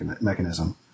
mechanism